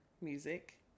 music